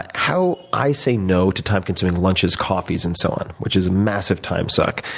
and how i say no to time consuming lunches, coffees and so on, which is a massive time suck.